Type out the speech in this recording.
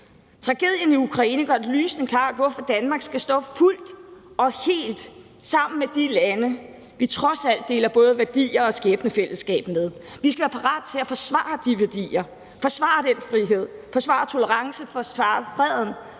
Tragedien i Ukraine gør det lysende klart, hvorfor Danmark skal stå fuldt og helt sammen med de lande, vi trods alt deler både værdier og skæbnefællesskab med, og vi skal være parat til at forsvare de værdier, forsvare den frihed, forsvare tolerance, forsvare freden,